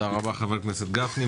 תודה רבה לחבר הכנסת גפני.